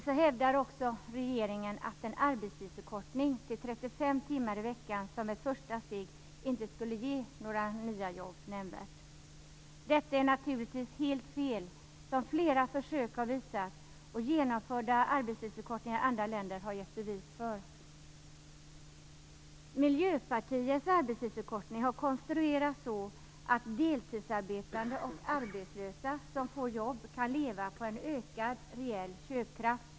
Så hävdar också regeringen att en arbetstidsförkortning till 35 timmar i veckan som ett första steg inte skulle ge något nämnvärt antal nya jobb. Detta är naturligtvis helt fel, vilket flera försök och genomförda arbetstidsförkortningar i andra länder har visat. Miljöpartiets arbetstidsförkortning har konstruerats så, att deltidsarbetande och arbetslösa som får jobb kan leva på en ökad reell köpkraft.